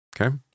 Okay